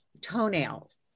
toenails